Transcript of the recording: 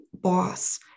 boss